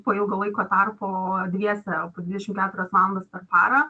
po ilgo laiko tarpo dviese po dvidešim keturias valandas per parą